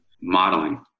modeling